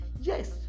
Yes